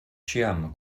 ĉiam